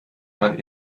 man